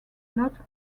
not